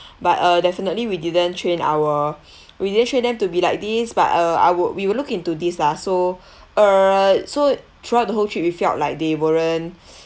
but uh definitely we didn't train our we didn't train them to be like this but uh I would we would look into this lah so err so throughout the whole trip you felt like they weren't